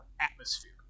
atmosphere